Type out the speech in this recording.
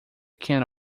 can’t